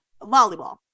volleyball